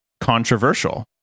controversial